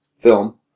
film